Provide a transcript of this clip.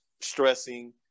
stressing